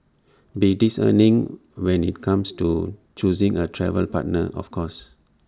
be discerning when IT comes to choosing A travel partner of course